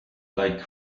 like